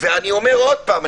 ואני אומר עוד פעם,